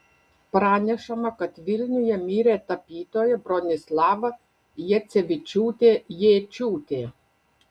pranešama kad vilniuje mirė tapytoja bronislava jacevičiūtė jėčiūtė